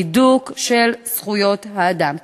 הידוק של זכויות האדם.